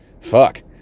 Fuck